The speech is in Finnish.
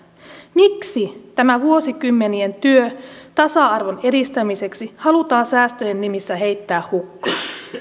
miksi tämä vuosikymmenien työ tasa arvon edistämiseksi halutaan säästöjen nimissä heittää hukkaan